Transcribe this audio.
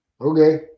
Okay